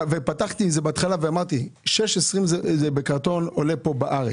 פתחתי עם זה בהתחלה ואמרתי ש-6.20 שקלים עולה חלב בקרטון בארץ.